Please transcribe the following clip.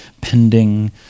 pending